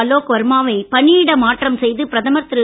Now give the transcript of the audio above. அலோக் வர்மா வை பணியிட மாற்றம் செய்த பிரதமர் திரு